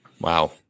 Wow